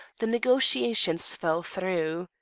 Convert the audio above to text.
the negotiations fell through.